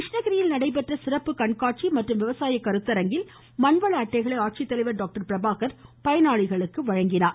கிருஷ்ணகிரியில் நடைபெற்ற சிறப்பு கண்காட்சி மற்றும் விவசாய கருத்தரங்கில் மண்வள அட்டைகளை ஆட்சித்தலைவர் டாக்டர் பிரபாகர் பயனாளிகளுக்கு வழங்கினார்